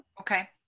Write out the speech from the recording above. okay